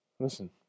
Listen